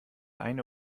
eine